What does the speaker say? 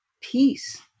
peace